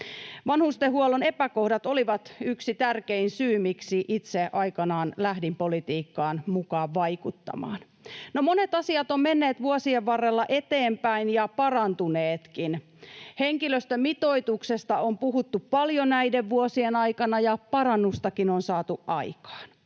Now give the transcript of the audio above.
Vanhustenhuollon epäkohdat olivat yksi tärkein syy, miksi itse aikanaan lähdin politiikkaan mukaan vaikuttamaan. No, monet asiat ovat menneet vuosien varrella eteenpäin ja parantuneetkin. Henkilöstömitoituksesta on puhuttu paljon näiden vuosien aikana, ja parannustakin on saatu aikaan.